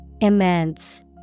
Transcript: Immense